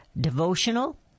devotional